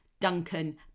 Duncan